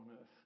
earth